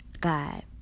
God